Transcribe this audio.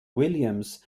williams